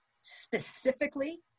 specifically